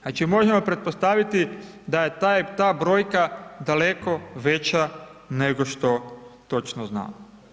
Znači, možemo pretpostaviti da je ta brojka daleko veća nego što točno znamo.